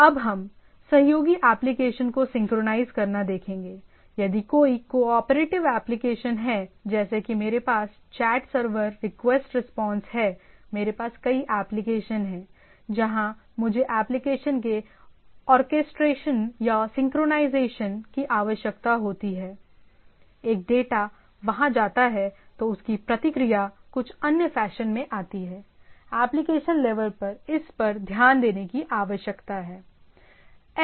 अब हम सहयोगी एप्लीकेशन को सिंक्रनाइज़ करना देखेंगे यदि कोई कोआपरेटिव एप्लीकेशन है जैसे कि मेरे पास चैट सर्वर रिक्वेस्ट रिस्पांस है मेरे पास कई एप्लीकेशन हैं जहां मुझे एप्लीकेशन के ऑर्केस्ट्रेशन या सिंक्रनाइज़ेशन की आवश्यकता होती है एक डेटा वहां जाता है तो उसकी प्रतिक्रिया कुछ अन्य फैशन में आती है एप्लीकेशन लेवल पर इस पर ध्यान देने की आवश्यकता है